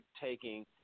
taking